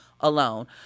alone